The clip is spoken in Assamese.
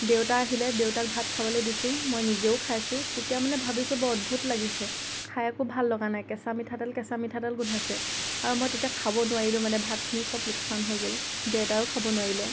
দেউতা আহিলে দেউতাক ভাত খাবলৈ দিছোঁ মই নিজেও খাইছোঁ তেতিয়া মানে ভাবিছোঁ বৰ অদ্ভুত লাগিছে খাই একো ভাল লগা নাই কেঁচা মিঠাতেল কেঁচা মিঠাতেল গোন্ধাইছে আৰু মই তেতিয়া খাব নোৱাৰিলোঁ মানে ভাতখিনি চব লোকচান হৈ গ'ল দেতাইও খাব নোৱাৰিলে